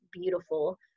beautiful